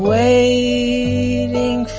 waiting